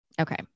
Okay